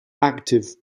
active